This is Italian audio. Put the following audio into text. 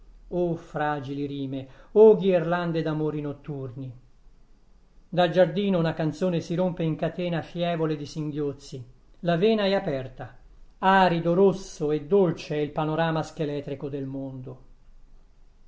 o fragili rime o ghirlande d'amori notturni dal giardino una canzone si rompe in catena fievole di singhiozzi la vena è aperta arido rosso e dolce è il panorama scheletrico del mondo